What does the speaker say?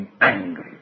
angry